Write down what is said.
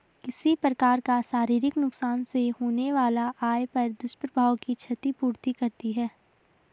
किसी प्रकार का शारीरिक नुकसान से होने वाला आय पर दुष्प्रभाव की क्षति पूर्ति करती है